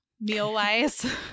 meal-wise